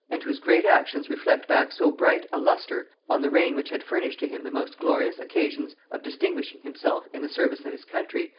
and whose great actions reflect back so bright a lustre on the reign which had furnished to him the most glorious occasions of distinguishing himself in the service of his country,